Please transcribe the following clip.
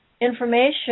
information